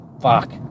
fuck